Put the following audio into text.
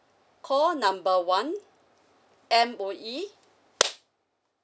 call number one M_O_E